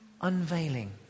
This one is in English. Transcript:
Unveiling